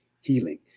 healing